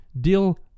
deal